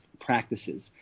practices